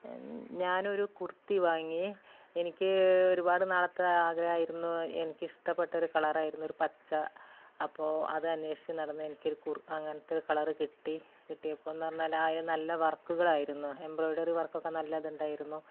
ഞാൻ ഒരു കുർത്തി വാങ്ങി എനിക്ക് ഒരുപാട് നാളത്തെ ആഗ്രഹമായിരുന്നു എനിക്ക് ഇഷ്ടപ്പെട്ടൊരു കളർ ആയിരുന്നു ഒരു പച്ച അപ്പോൾ അത് അന്വേഷിച്ച് നടന്നെനിക്കൊരു കുർ അങ്ങനത്തൊരു കളർ കിട്ടി ഇപ്പോന്ന് പറഞ്ഞാൽ ആ ഇതു നല്ല വർക്കുകൾ ആയിരുന്നു എംബ്രോയിഡറി വർക്കൊക്കെ നല്ലത് ഉണ്ടായിരുന്നു